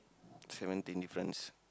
seventeen difference